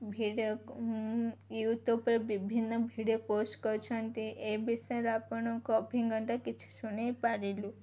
video ୟୁଟ୍ୟୁବ୍ରେ ବିଭିନ୍ନ video post କରୁଛନ୍ତି ଏ ବିଷୟରେ ଆପଣଙ୍କ ଅଭିଜ୍ଞତା କିଛି ଶୁଣେଇ ପାରିଲୁ